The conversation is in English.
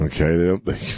Okay